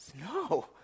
No